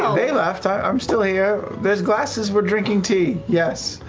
um they left, i'm still here. there's glasses, we're drinking tea. yes.